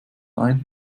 ein